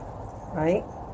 Right